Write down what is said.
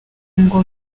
ngo